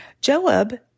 Joab